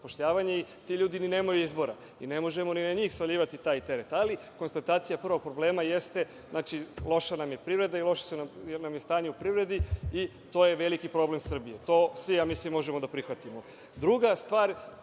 i ti ljudi ni nemaju izbora i ne možemo ni na njih svaljivati taj teret, ali konstatacija prvog problema jeste da nam je loša privreda i loše nam je stanje u privredi i to je veliki problem Srbije. To svi, ja mislim možemo da prihvatimo. Druga stvar.